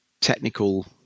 technical